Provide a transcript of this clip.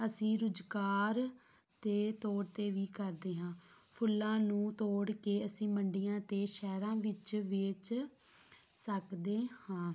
ਅਸੀਂ ਰੁਜ਼ਗਾਰ ਦੇ ਤੌਰ 'ਤੇ ਵੀ ਕਰਦੇ ਹਾਂ ਫੁੱਲਾਂ ਨੂੰ ਤੋੜ ਕੇ ਅਸੀਂ ਮੰਡੀਆਂ ਅਤੇ ਸ਼ਹਿਰਾਂ ਵਿੱਚ ਵੇਚ ਸਕਦੇ ਹਾਂ